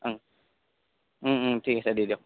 ঠিক আছে দি দিয়ক